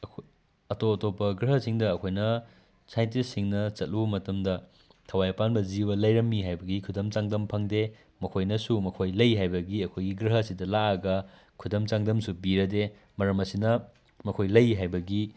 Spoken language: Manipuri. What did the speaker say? ꯑꯇꯣꯞ ꯑꯇꯣꯞꯄ ꯒ꯭ꯔꯍꯁꯤꯡꯗ ꯑꯩꯈꯣꯏꯅ ꯁꯥꯏꯟꯇꯤꯁꯁꯤꯡꯅ ꯆꯠꯂꯨꯕ ꯃꯇꯝꯗ ꯊꯋꯥꯏ ꯄꯥꯟꯕ ꯖꯤꯕ ꯂꯩꯔꯝꯃꯤ ꯍꯥꯏꯕꯒꯤ ꯈꯨꯗꯝ ꯆꯥꯡꯗꯝ ꯐꯪꯗꯦ ꯃꯈꯣꯏꯅꯁꯨ ꯃꯈꯣꯏ ꯂꯩ ꯍꯥꯏꯕꯒꯤ ꯑꯩꯈꯣꯏꯒꯤ ꯒ꯭ꯔꯍꯁꯤꯗ ꯂꯥꯛꯂꯒ ꯈꯨꯗꯝ ꯆꯥꯡꯗꯝꯁꯨ ꯄꯤꯔꯗꯦ ꯃꯔꯝ ꯑꯁꯤꯅ ꯃꯈꯣꯏ ꯂꯩ ꯍꯥꯏꯕꯒꯤ